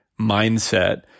mindset